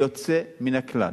יוצא מן הכלל.